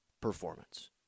performance